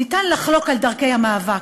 אפשר לחלוק על דרכי המאבק,